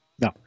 no